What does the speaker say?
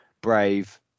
Brave